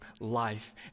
life